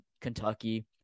Kentucky